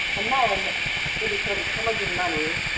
and then it was sort of hemorrhaging money.